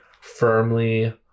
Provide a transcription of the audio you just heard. firmly